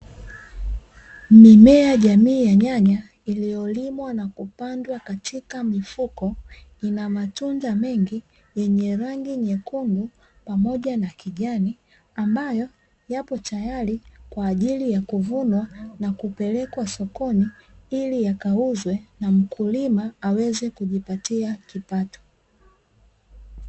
Mimea jamii ya nyanya iliyolimwa na kupandwa katika mifuko ina matunda mengi yenye rangi nyekundu pamoja na kijani, ambayo yapo tayari kwa ajili ya kuvunwa na kupelekwa sokoni, ili yakauzwe na mkulima aweze kujipatia kipato.